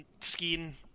skiing